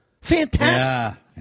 Fantastic